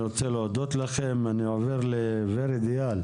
אני רוצה להודות לכם ולעבור לוורד איל.